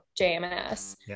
JMS